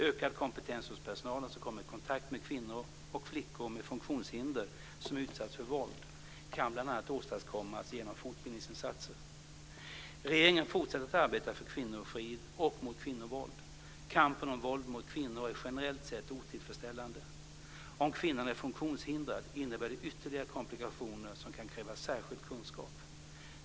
Ökad kompetens hos personalen som kommer i kontakt med kvinnor och flickor med funktionshinder som utsatts för våld kan bl.a. åstadkommas genom fortbildningsinsatser. Regeringen fortsätter att arbeta för kvinnofrid och mot kvinnovåld. Kunskapen om våld mot kvinnor är generellt sett otillfredsställande. Om kvinnan är funktionshindrad innebär det ytterligare komplikationer som kan kräva särskild kunskap.